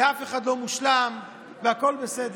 ואף אחד לא מושלם והכול בסדר,